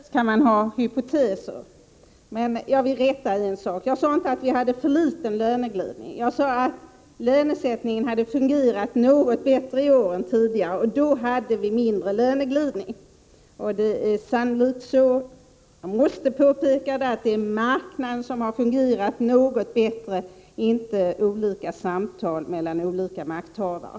Herr talman! Naturligtvis kan man ha olika hypoteser. Jag vill rätta en sak. Jag sade inte att vi hade för liten löneglidning. Jag sade att lönesättningen hade fungerat något bättre i år än tidigare, och då hade vi mindre löneglidning. Det är sannolikt så — jag måste påpeka det — att det beror på att marknaden har fungerat något bättre, inte på olika samtal mellan olika makthavare.